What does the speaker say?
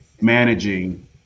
managing